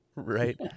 Right